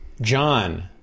John